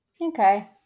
Okay